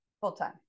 Full-time